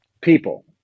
people